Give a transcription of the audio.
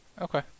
Okay